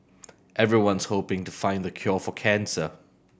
everyone's hoping to find the cure for cancer